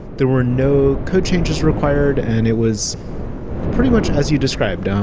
there were no code changes required and it was pretty much as you described. um